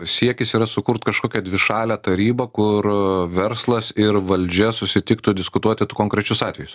siekis yra sukurt kažkokią dvišalę tarybą kur verslas ir valdžia susitiktų diskutuoti konkrečius atvejus